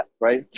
right